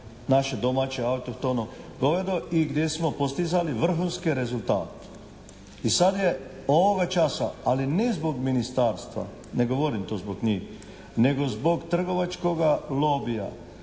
naše domaće autohtono govedo i gdje smo postizali vrhunske rezultate. I sad je ovoga časa ali ne zbog ministarstva, ne govorim to zbog njih nego zbog trgovačkoga lobija,